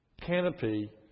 canopy